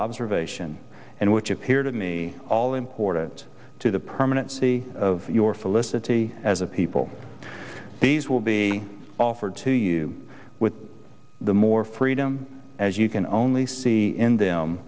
observation and which appear to me all important to the permanency of your felicity as a people these will be offered to you with the more freedom as you can only see in them